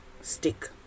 stick